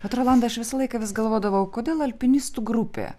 bet rolandai aš visą laiką vis galvodavau kodėl alpinistų grupė